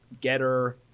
Getter